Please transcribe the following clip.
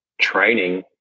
training